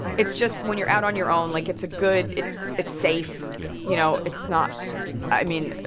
it's just when you're out on your own, like, it's a good it's it's safe yeah you know, it's not i mean,